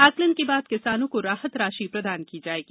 आंकलन के बाद किसानों को राहत राशि प्रदान की जायेगी